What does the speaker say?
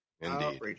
indeed